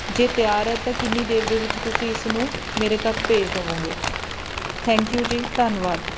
ਜੇ ਤਿਆਰ ਹੈ ਤਾਂ ਕਿੰਨੀ ਦੇਰ ਦੇ ਵਿੱਚ ਤੁਸੀਂ ਇਸਨੂੰ ਮੇਰੇ ਤੱਕ ਭੇਜ ਦੇਵੋਂਗੇ ਥੈਂਕ ਯੂ ਜੀ ਧੰਨਵਾਦ